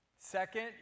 Second